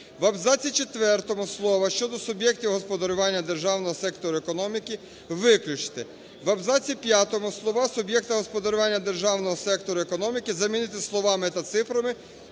В абзаці 4 слова "щодо суб'єктів господарювання державного сектору економіки" виключити. В абзаці 5 слова "суб'єкти господарювання державного сектору економіки" замінити словами та цифрами